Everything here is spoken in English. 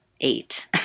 eight